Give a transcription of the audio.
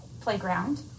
playground